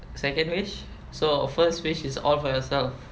second wish so first wish is all for yourself